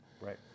Right